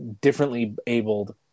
differently-abled